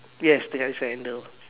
yes there is a handle